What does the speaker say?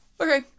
Okay